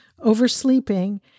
oversleeping